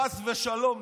חס ושלום,